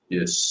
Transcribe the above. Yes